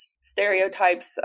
stereotypes